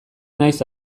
naiz